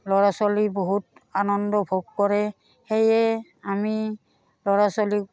ল'ৰা ছোৱালী বহুত আনন্দ ভোগ কৰে সেয়ে আমি ল'ৰা ছোৱালীক